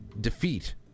defeat